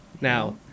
Now